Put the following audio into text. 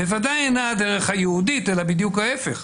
בוודאי אינה הדרך היהודית אלא בדיוק ההפך.